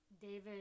David